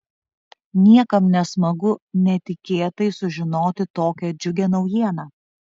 niekam nesmagu netikėtai sužinoti tokią džiugią naujieną